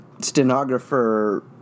stenographer